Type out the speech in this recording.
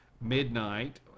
midnight